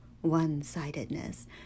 one-sidedness